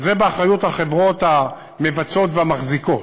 זה באחריות החברות המבצעות והמחזיקות.